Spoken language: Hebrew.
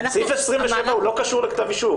סעיף 27 לא קשור לכתב אישום.